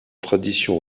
traditions